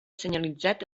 senyalitzat